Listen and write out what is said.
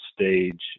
stage